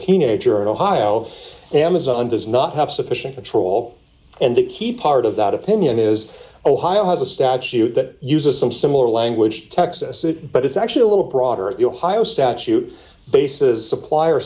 teenager in ohio amazon does not have sufficient control and the key part of that opinion is ohio has a statute d that uses some similar language texas but it's actually a little broader at the ohio statute bases supplier